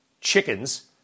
chickens